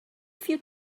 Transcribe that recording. few